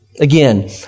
Again